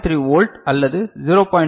3 volt அல்லது 0